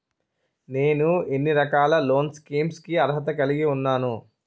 నేను ఎన్ని రకాల లోన్ స్కీమ్స్ కి అర్హత కలిగి ఉన్నాను?